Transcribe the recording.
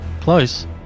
close